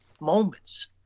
moments